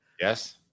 Yes